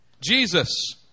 Jesus